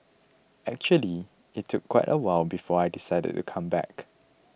actually it took quite a while before I decided to come back